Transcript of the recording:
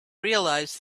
realise